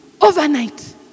overnight